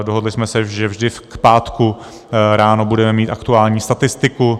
Dohodli jsme se, že vždy k pátku ráno budeme mít aktuální statistiku.